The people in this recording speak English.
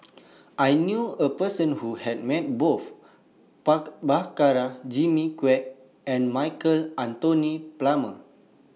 I knew A Person Who has Met Both Prabhakara Jimmy Quek and Michael Anthony Palmer